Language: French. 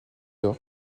d’or